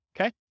Okay